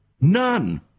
None